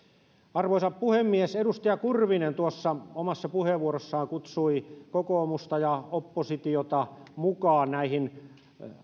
arvoisa puhemies edustaja kurvinen tuossa omassa puheenvuorossaan kutsui kokoomusta ja oppositiota mukaan näihin